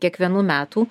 kiekvienų metų